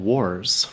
Wars